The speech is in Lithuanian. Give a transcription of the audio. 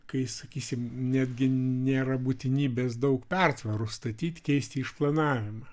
kai sakysim netgi nėra būtinybės daug pertvarų statyt keisti išplanavimą